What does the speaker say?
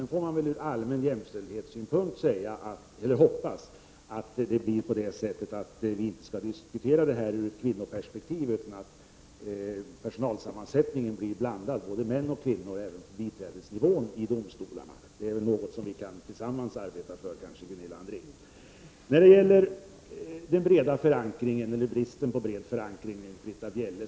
Ur allmän jämställdhetssynpunkt får man dock hoppas att vi inte skall behöva diskutera denna fråga ur ett kvinnoperspektiv, utan att personalsammansättningen skall bli blandad — både män och kvinnor — även på biträdesnivån i domstolarna. Det är väl något som vi tillsammans kan arbeta för, Gunilla André. Britta Bjelle talar om bristen på bred förankring.